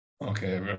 Okay